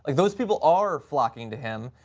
those people are flocking to him.